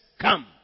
come